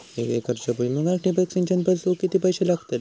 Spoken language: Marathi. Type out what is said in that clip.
एक एकरच्या भुईमुगाक ठिबक सिंचन बसवूक किती पैशे लागतले?